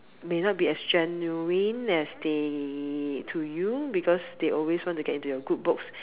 may not be as genuine as they to you because they always want to get into your good books